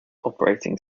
operating